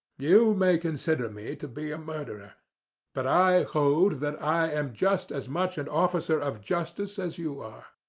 you may consider me to be a murderer but i hold that i am just as much an officer of justice as you